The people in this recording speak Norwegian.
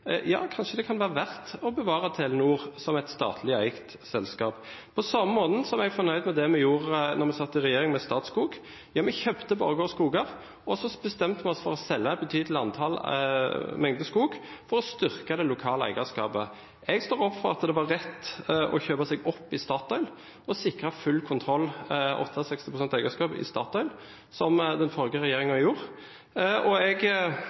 Ja, kanskje det kan være verdt å bevare Telenor som et statlig eid selskap. På samme måten er jeg fornøyd med det vi gjorde med Statskog da vi satt i regjering. Vi kjøpte Borregaard Skoger, og så bestemte vi oss for å selge en betydelig mengde skog for å styrke det lokale eierskapet. Jeg står for at det var rett å kjøpe seg opp i Statoil og sikre full kontroll – 68 pst. eierskap – i Statoil, som den forrige regjeringen gjorde. Jeg